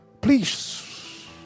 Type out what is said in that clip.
Please